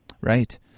Right